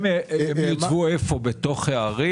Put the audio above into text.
הם יוצבו בערים?